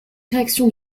réactions